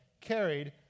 carried